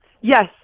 yes